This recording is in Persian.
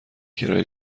کرایه